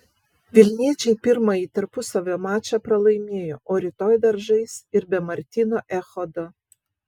vilniečiai pirmąjį tarpusavio mačą pralaimėjo o rytoj dar žais ir be martyno echodo